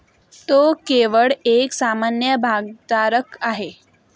तो केवळ एक सामान्य भागधारक आहे